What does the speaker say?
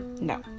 No